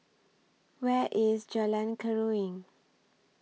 Where IS Jalan Keruing